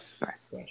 Nice